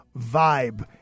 vibe